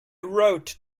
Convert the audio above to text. wrote